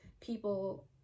people